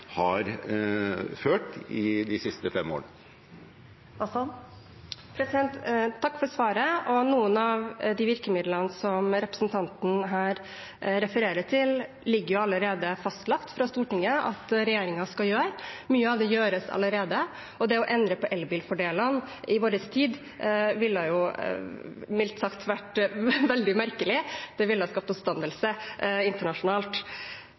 har ført de siste fem årene. Takk for svaret. Noen av de virkemidlene som representanten her refererer til, har Stortinget allerede fastlagt at regjeringen skal gjøre. Mye av det gjøres allerede. Det å endre på elbilfordelene i vår tid ville mildt sagt vært veldig merkelig. Det ville skapt oppstandelse internasjonalt.